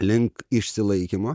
link išsilaikymo